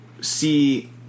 see